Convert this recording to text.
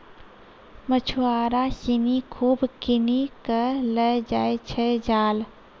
मछुआरा सिनि खूब किनी कॅ लै जाय छै जाल